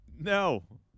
No